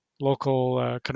local